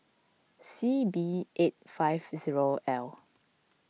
C B eight five zero L